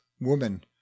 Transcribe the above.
woman